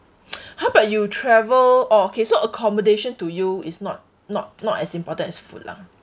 how about you travel oh okay so accommodation to you is not not not as important as food lah